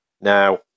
Now